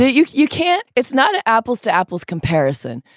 you you can't it's not apples to apples comparison.